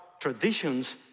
traditions